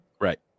Right